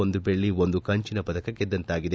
ಒಂದು ಬೆಳ್ಳ ಒಂದು ಕಂಚಿನ ಪದಕ ಗೆದ್ದಂತಾಗಿದೆ